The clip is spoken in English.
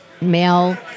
male